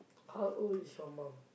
how old is your mum